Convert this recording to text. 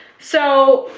so,